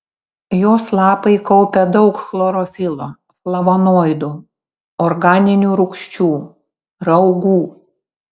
jos lapai kaupia daug chlorofilo flavonoidų organinių rūgščių raugų